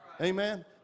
Amen